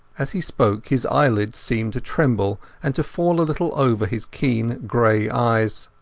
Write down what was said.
as he spoke his eyelids seemed to tremble and to fall a little over his keen grey eyes.